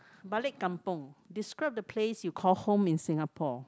balik kampung describe the place you call home in Singapore